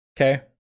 Okay